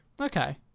Okay